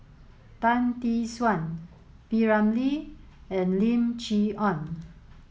Tan Tee Suan P Ramlee and Lim Chee Onn